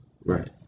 Right